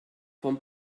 von